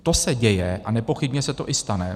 To se děje a nepochybně se to i stane.